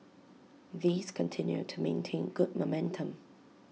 these continue to maintain good momentum